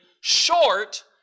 short